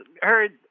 heard